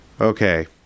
Okay